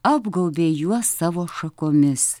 apgaubė juos savo šakomis